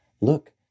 look